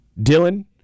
Dylan